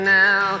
now